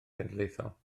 genedlaethol